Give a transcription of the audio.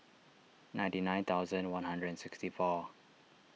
ninety nine thousand one hundred and sixty four